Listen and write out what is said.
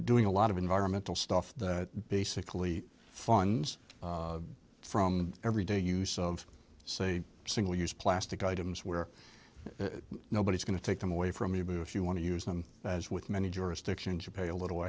doing a lot of environmental stuff that basically funds from everyday use of say single use plastic items where nobody's going to take them away from you if you want to use them as with many jurisdictions you pay a little